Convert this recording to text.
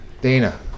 Dana